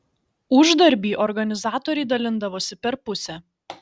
uždarbį organizatoriai dalindavosi per pusę